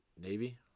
Navy